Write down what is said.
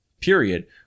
period